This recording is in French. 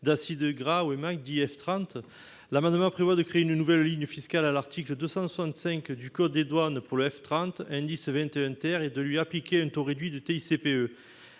d'acides gras, ou EMAG, dit « F30 ». Il tend à créer une nouvelle ligne fiscale à l'article 265 du code des douanes pour le F30- indice 21 -et de lui appliquer un taux réduit de TICPE.